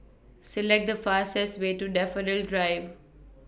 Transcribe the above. Select The fastest Way to Daffodil Drive